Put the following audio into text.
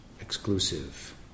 exclusive